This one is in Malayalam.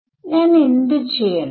വിദ്യാർത്ഥി 1 1 അല്ല